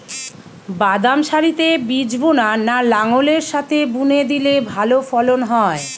বাদাম সারিতে বীজ বোনা না লাঙ্গলের সাথে বুনে দিলে ভালো ফলন হয়?